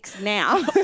now